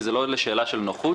זו לא שאלה של נוחות,